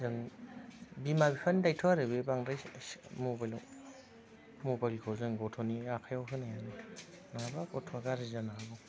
जों बिमा बिफानि दायट्थ' आरो बे बांद्राय मबाइलआव मबाइलखौ जों गथ'नि आखाइआव होनाङा नङाबा गथ'आ गाज्रि जानो हागौ